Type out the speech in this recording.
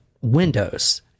windows